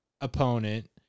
opponent